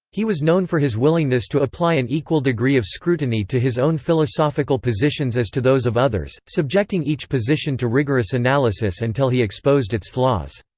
he was known for his willingness to apply an equal degree of scrutiny to his own philosophical positions as to those of others, subjecting each position to rigorous analysis until he exposed its flaws.